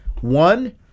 One